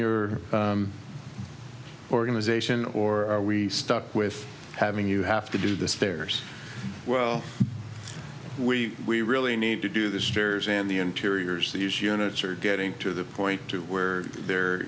your organization or are we stuck with having you have to do this there's well we we really need to do the stairs in the interiors these units are getting to the point to where the